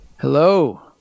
Hello